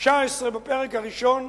19 בפרק הראשון,